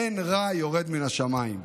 אין רע יורד מן השמיים.